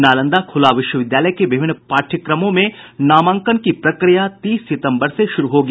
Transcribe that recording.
नालदा खुला विश्वविद्यालय के विभिन्न पाठ्यक्रमों में नामांकन की प्रक्रिया तीस सितम्बर से शुरू होगी